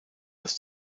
das